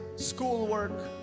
schoolwork.